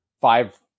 five